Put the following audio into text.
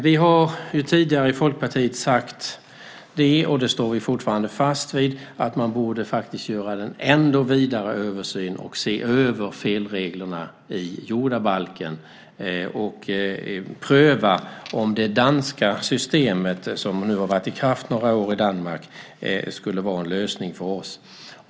Vi har tidigare i Folkpartiet sagt, och det står vi fortfarande fast vid, att man borde göra en ännu vidare översyn och se över felreglerna i jordabalken. Man borde pröva om det danska systemet, som nu har varit i kraft i några år, skulle kunna vara en lösning för oss.